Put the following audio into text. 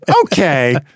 Okay